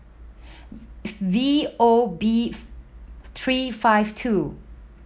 V O beef three five two